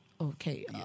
Okay